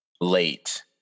late